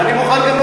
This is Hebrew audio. אני מוכן גם,